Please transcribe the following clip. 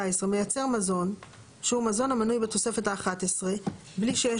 "(14) מייצר מזון שהוא מזון המנוי בתוספת האחת עשרה" בלי שיש